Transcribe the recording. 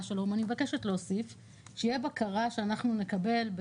של האו"ם ואני מבקשת להוסיף שתהיה בקרה שאנחנו נקבל,